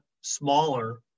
smaller